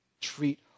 Treat